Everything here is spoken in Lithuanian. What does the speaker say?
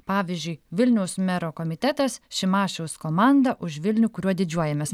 pavyzdžiui vilniaus mero komitetas šimašiaus komanda už vilnių kuriuo didžiuojamės